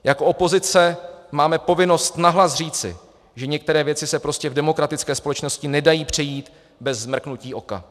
Jako opozice máme povinnost nahlas říci, že některé věci se prostě v demokratické společnosti nedají přejít bez mrknutí oka.